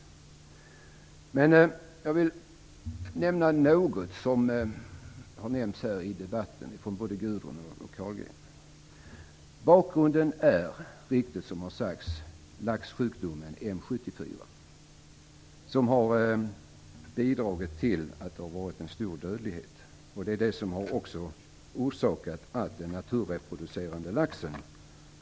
Men jag vill ta upp något som har nämnts här i debatten av både Gudrun Lindvall och Bakgrunden är, som helt riktigt har sagts, laxsjukdomen M 74. Den har bidragit till en stor dödlighet, och det är också den som har orsakat den kraftiga åderlåtningen av den naturreproducerande laxen.